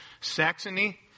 Saxony